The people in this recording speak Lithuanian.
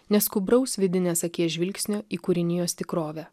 neskubraus vidinės akies žvilgsnio į kūrinijos tikrovę